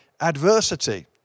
adversity